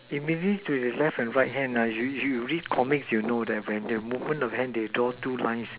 immediately to his left and right hand you you read comic you know when they open the hands they draw two lines